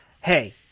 hey